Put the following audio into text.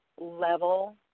level